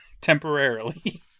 Temporarily